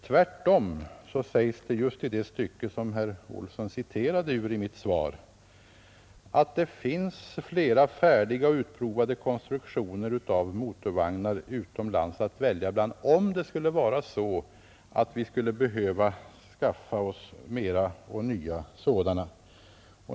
Tvärtom sägs det just i det stycke i mitt svar som herr Olsson citerade ur att det finns flera färdiga och utprovade konstruktioner av motorvagnar utomlands att välja bland, om vi skulle behöva skaffa oss flera och nya sådana.